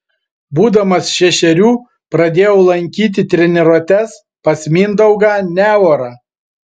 būdamas šešerių pradėjau lankyti treniruotes pas mindaugą neorą